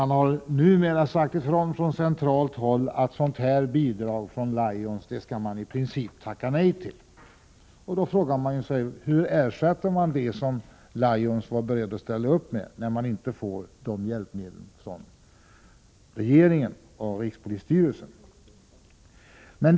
Numera har det från centralt håll sagts ifrån att polisdistrikten i princip skall tacka nej till bidrag av denna typ från Lions. Då frågar man sig: Hur ersätts det som Lions var berett att ställa upp med, när polisen inte får dessa hjälpmedel från regeringen och rikspolisstyrelsen?